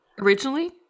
Originally